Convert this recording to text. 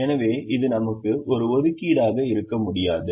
எனவே இது நமக்கு ஒரு ஒதுக்கீடாக இருக்க முடியாது